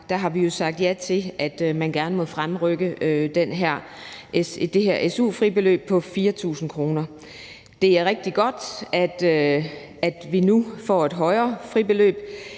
der har vi jo sagt ja til, at man gerne må fremrykke den her forhøjelse af su-fribeløbet på 4.000 kr. Det er rigtig godt, at vi nu får et højere fribeløb.